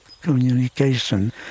communication